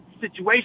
situation